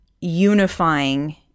unifying